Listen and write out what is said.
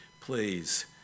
Please